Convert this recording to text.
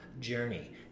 journey